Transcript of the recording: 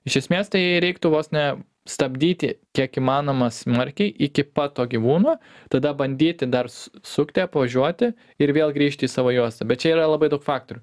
iš esmės tai reiktų vos ne stabdyti kiek įmanoma smarkiai iki pat to gyvūno tada bandyti dar sukti apvažiuoti ir vėl grįžti į savo juostą bet čia yra labai daug faktorių